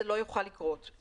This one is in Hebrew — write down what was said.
זה לא יוכל לקרות.